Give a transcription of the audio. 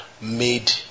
made